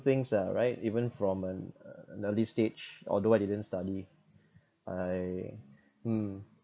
things ah right even from an an early stage although I didn't study I mm